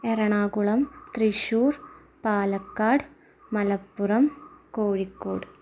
Ernakulam Thrissur Palakkad Malappuram Kozhikode